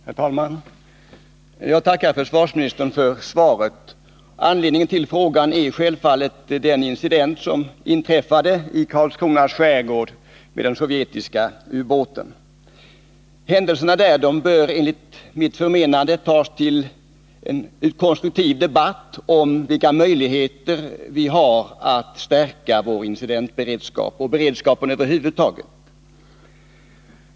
Herr talman! Jag tackar försvarsministern för svaret på min fråga. Anledningen till denna är självfallet den incident som inträffade med den sovjetiska ubåten i Karlskrona skärgård. Händelserna där bör enligt mitt förmenande tas till utgångspunkt för en konstruktiv debatt om vilka möjligheter vi har att stärka vår incidentberedskap liksom vår beredskap över huvud taget.